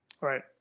Right